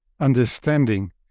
understanding